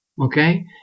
okay